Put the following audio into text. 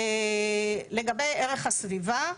לגבי ערך הסביבה: